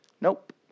nope